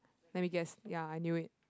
let me guess ya I knew it